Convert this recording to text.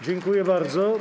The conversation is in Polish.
Dziękuję bardzo.